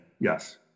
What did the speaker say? yes